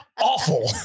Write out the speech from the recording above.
awful